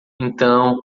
então